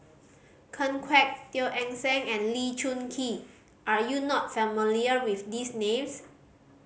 Ken Kwek Teo Eng Seng and Lee Choon Kee are you not familiar with these names